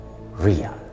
real